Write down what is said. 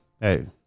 Hey